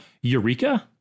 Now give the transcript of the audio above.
Eureka